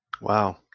wow